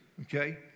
okay